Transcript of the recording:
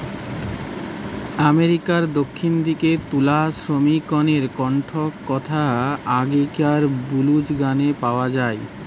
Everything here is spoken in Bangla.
আমেরিকার দক্ষিণ দিকের তুলা শ্রমিকমনকের কষ্টর কথা আগেকিরার ব্লুজ গানে পাওয়া যায়